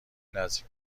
نزدیک